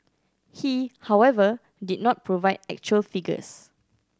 he however did not provide actual figures